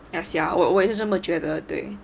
ya sia 我我也是这么觉得对